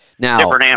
Now